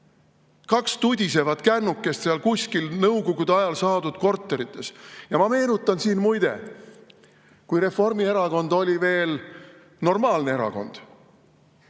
Kaks tudisevat kännukest seal kuskil Nõukogude ajal saadud korteris. Ja ma meenutan siin muide. Kui Reformierakond oli veel normaalne erakond,